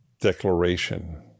declaration